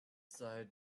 sei